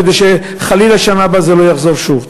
כדי שחלילה בשנה הבאה זה לא יחזור שוב.